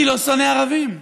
אני לא שונא ערבים.